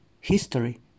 history